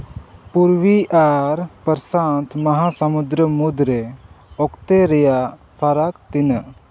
ᱯᱩᱞᱵᱷᱤ ᱟᱨ ᱯᱨᱚᱥᱟᱱᱛᱚ ᱢᱚᱦᱟ ᱥᱚᱢᱩᱫᱨᱚ ᱢᱩᱫᱽᱨᱮ ᱚᱠᱛᱮ ᱨᱮᱭᱟᱜ ᱯᱷᱟᱨᱟᱠ ᱛᱤᱱᱟᱹᱜ